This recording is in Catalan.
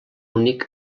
únic